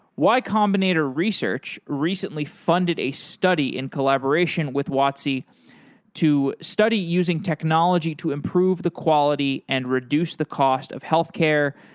y combinator research recently funded a study in collaboration with watsi to study using technology to improve the quality and reduce the cost of healthcare.